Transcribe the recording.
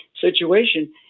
situation